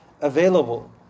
available